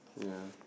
ya